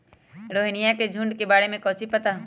रोहिनया के झुंड के बारे में कौची पता हाउ?